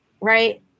right